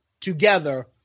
together